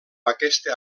aquesta